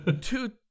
two